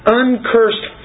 uncursed